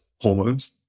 hormones